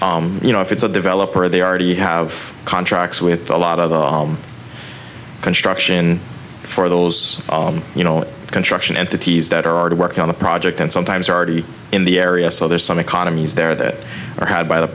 is you know if it's a developer they already have contracts with a lot of home construction for those you know construction entities that are already working on the project and sometimes are already in the area so there's some economies there that are had by the